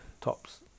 tops